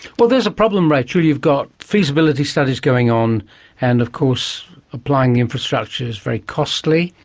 well, there's a problem, rachel, you've got feasibility studies going on and of course applying the infrastructure is very costly.